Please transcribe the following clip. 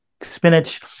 spinach